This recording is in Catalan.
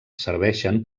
serveixen